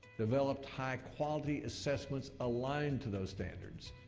developed high-quality assessment aligned to those standards,